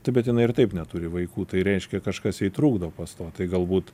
taip bet jinai ir taip neturi vaikų tai reiškia kažkas jai trukdo pastot tai galbūt